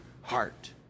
heart